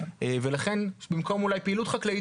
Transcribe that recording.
ולכן במקום אולי פעילות חקלאית,